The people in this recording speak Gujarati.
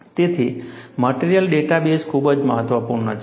તેથી મટિરિયલ ડેટા બેઝ ખૂબ જ મહત્વપૂર્ણ છે